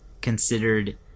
considered